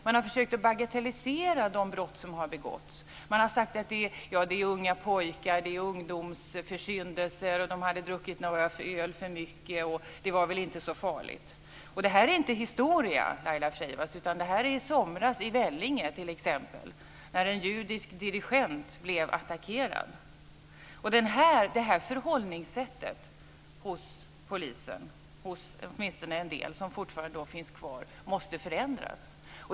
Man har försökt att bagatellisera de brott som har begåtts. Man har sagt att det är unga pojkar och ungdomsförsyndelser, att de hade druckit några öl för mycket och att det inte var så farligt. Detta är inte historia, Laila Freivalds. Det hände i somras i Vellinge, t.ex., när en judisk dirigent blev attackerad. Detta förhållningssätt hos polisen - åtminstone hos en del - som fortfarande finns kvar måste förändras.